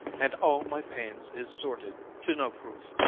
and all my pains is sorted to no proof.